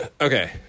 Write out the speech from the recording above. okay